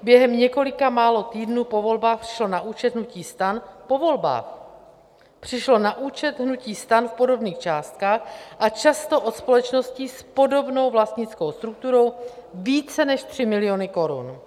Během několika málo týdnů po volbách přišlo na účet hnutí STAN, po volbách, přišly na účet hnutí STAN v podobných částkách a často od společností s podobnou vlastnickou strukturou více než 3 miliony korun.